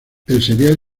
serial